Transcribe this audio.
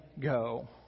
go